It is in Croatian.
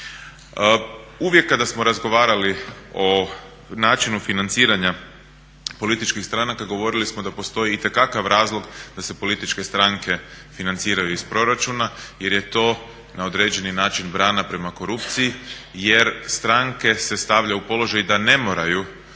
Uvijek kada smo razgovarali o načinu financiranja političkih stranka govorili smo da postoji itekakav razlog da se političke stranke financiraju iz proračuna jer je to na određeni način brana prema korupciji jer stranke se stavljaju u položaj da ne moraju